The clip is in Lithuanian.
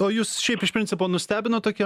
o jus šiaip iš principo nustebino tokie